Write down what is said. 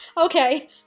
okay